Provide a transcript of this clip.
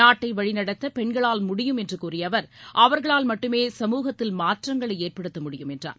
நாட்டை வழிநடத்த பெண்களால் முடியும் என்று கூறிய அவர் அவர்களால் மட்டுமே சமூகத்தில் மாற்றங்களை ஏற்படுத்த முடியும் என்றார்